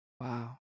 Wow